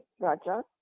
Gotcha